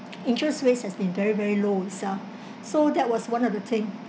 interest rates has been very very low itself so that was one of the thing